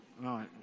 right